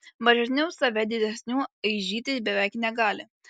mažesni už save didesnių aižyti beveik negali